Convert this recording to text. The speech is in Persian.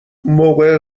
موقع